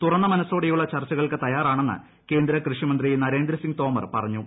തുറന്ന മനസ്സോടെയുള്ള ചർച്ചകൾക്ക് തയ്യാറാണെന്ന് കേന്ദ്ര കൃഷി മന്ത്രി നരേന്ദ്ര സിങ്ങ് തോമർ പറഞ്ഞു